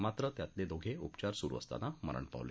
मात्र त्यातले दोघे उपचार सुरु आसताना मरण पावले